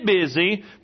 busy